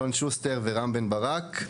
אלון שוסטר ורם בן ברק.